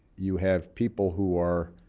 you have people who are